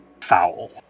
foul